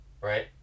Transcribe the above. Right